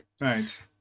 right